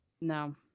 No